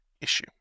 issue